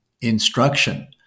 instruction